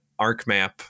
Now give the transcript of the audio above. Arcmap